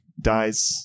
dies